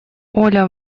оля